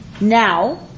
now